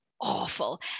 awful